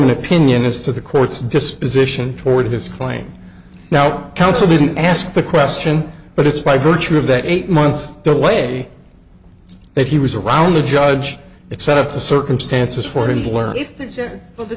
an opinion as to the court's disposition toward his claim now counsel didn't ask the question but it's by virtue of that eight month delay that he was around the judge it's up to circumstances for